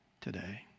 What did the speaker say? today